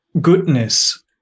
goodness